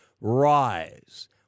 rise